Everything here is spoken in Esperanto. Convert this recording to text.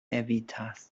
evitas